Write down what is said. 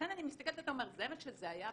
לכן כשאתה אומר זה מה שזה היה?